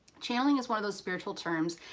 channeling is one of those spiritual terms,